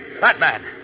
Batman